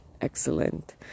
excellent